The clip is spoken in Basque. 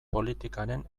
politikaren